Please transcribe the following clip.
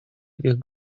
этих